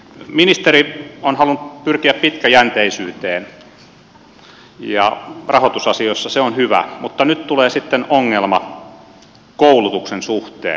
ministeri on halunnut pyrkiä pitkäjänteisyyteen ja rahoitusasioissa se on hyvä mutta nyt tulee sitten ongelma koulutuksen suhteen